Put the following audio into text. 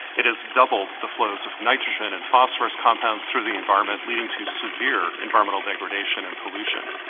it has doubled the flows of nitrogen and phosphorous compounds through the environment, leading to severe environmental degradation and pollution.